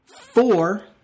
Four